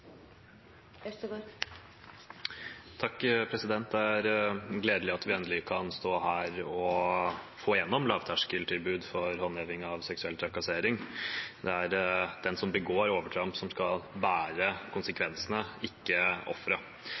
gledelig at vi endelig kan stå her og få gjennom lavterskeltilbud for håndheving av forbudet mot seksuell trakassering. Det er den som begår overtramp, som skal bære konsekvensene, ikke